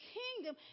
kingdom